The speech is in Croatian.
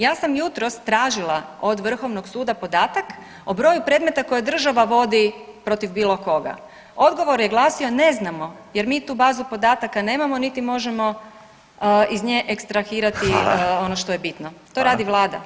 Ja sam jutros tražila od Vrhovnog suda podatak o broju predmeta koje država vodi protiv bilo koga, odgovor je glasio ne znamo jer mi tu bazu podataka nemamo niti možemo ih nje ekstrahirati ono što je bitno [[Upadica: Hvala.]] to radi vlada.